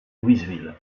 louisville